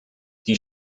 die